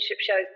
shows